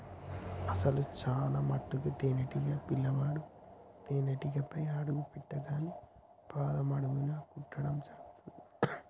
అసలు చానా మటుకు తేనీటీగ పిల్లవాడు తేనేటీగపై అడుగు పెట్టింగానే పాదం అడుగున కుట్టడం జరుగుతుంది